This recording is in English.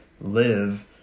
live